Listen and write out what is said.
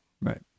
Right